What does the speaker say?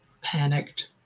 panicked